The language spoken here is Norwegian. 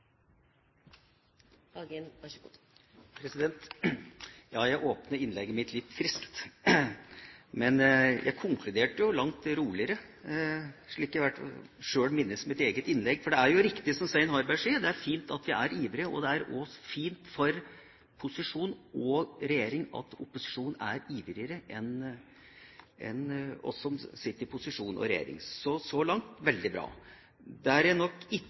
Ja, jeg åpnet innlegget mitt litt friskt, men jeg konkluderte jo langt roligere, slik jeg i hvert fall minnes mitt eget innlegg. For det er jo riktig som Svein Harberg sier: Det er fint at en er ivrig. Det er også fint for posisjonen og regjeringa at opposisjonen er ivrigere enn oss som sitter i posisjon og regjering. Derfor, så langt – veldig bra! Der jeg nok ikke